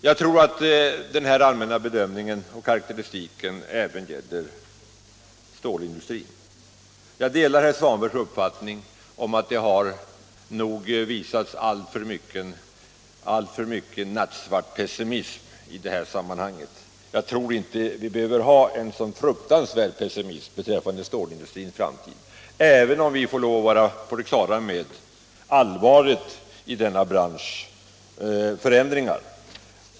Jag tror att denna allmänna bedömning och karakteristik också gäller stålindustrin, och jag delar herr Svanbergs uppfattning att det har givits uttryck för alltför mycken nattsvart pessimism beträffande stålindustrin. Vi behöver, tror jag, inte vara så fruktansvärt pessimistiska när det gäller stålindustrins framtid, även om vi måste vara på det klara med allvaret i förändringarna i denna bransch.